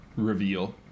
reveal